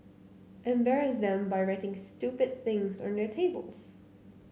embarrass them by writing stupid things on their tables